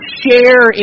share